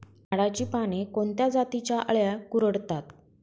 झाडाची पाने कोणत्या जातीच्या अळ्या कुरडतात?